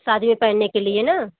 शादी मे पहनने के लिए न